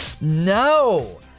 No